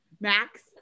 Max